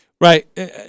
Right